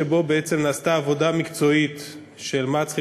שבו בעצם נעשתה עבודה מקצועית של מה צריכים